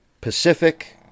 Pacific